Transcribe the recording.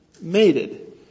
mated